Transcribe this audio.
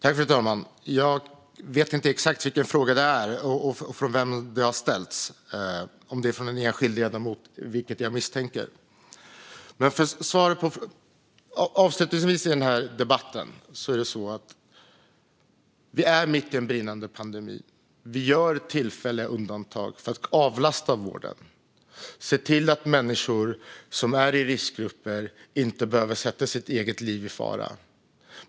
Fru talman! Jag vet inte exakt vilken fråga det är och vem som har ställt den. Kanske kommer den från en enskild ledamot, vilket jag misstänker. Avslutningsvis vill jag i den här debatten säga: Vi är mitt i en brinnande pandemi. Vi gör tillfälliga undantag för att avlasta vården och se till att människor i riskgrupper inte behöver sätta sitt eget liv i fara.